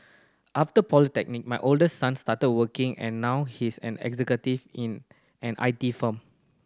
after polytechnic my oldest son started working and now he's an executive in an I T firm